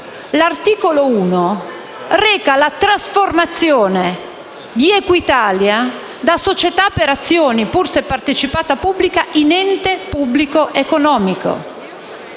L'articolo 1 reca la trasformazione di Equitalia da società per azioni (pur se partecipata pubblica) in ente pubblico economico,